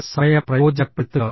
അതിനാൽ സമയം പ്രയോജനപ്പെടുത്തുക